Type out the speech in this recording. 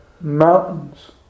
mountains